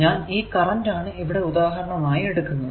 ഞാൻ ഈ കറന്റ് ആണ് ഇവിടെ ഉദാഹരണം ആയി എടുക്കുന്നത്